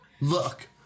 Look